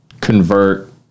convert